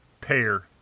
Pair